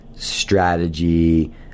strategy